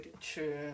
True